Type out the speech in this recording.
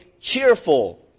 cheerful